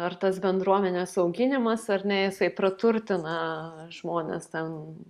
ar tas bendruomenes auginimas ar ne jisai praturtina žmones ten